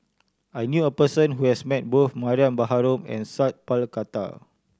I knew a person who has met both Mariam Baharom and Sat Pal Khattar